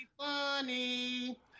funny